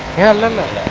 and um of